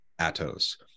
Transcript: Atos